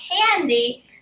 candy